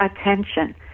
attention